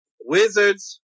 Wizards